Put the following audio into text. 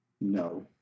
No